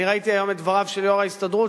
אני ראיתי היום את דבריו של יושב-ראש ההסתדרות,